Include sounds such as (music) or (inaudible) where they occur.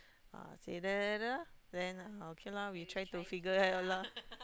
uh say (noise) then okay lor we try to figure that out lor